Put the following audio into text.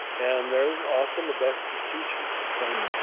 and they're often the best of teachers, frankly